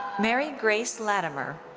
mary grace latimer.